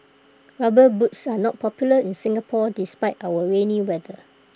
rubber boots are not popular in Singapore despite our rainy weather